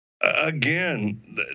Again